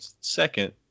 second